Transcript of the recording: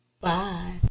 Bye